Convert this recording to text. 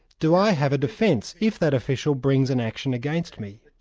do i have a defence if that official brings an action against me?